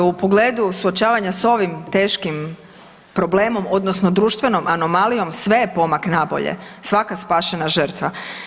U pogledu suočavanja sa ovim teškim problemom, odnosno društvenom anomalijom sve je pomak na bolje, svaka spašena žrtva.